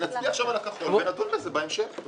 ונצביע עכשיו על הכחול, ונדון על זה בהמשך.